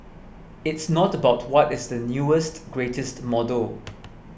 it's not about what is the newest greatest model